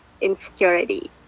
insecurity